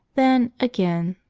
then, again,